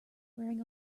wearing